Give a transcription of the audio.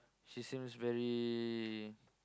she seems very